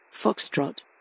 Foxtrot